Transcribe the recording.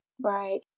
Right